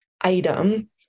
item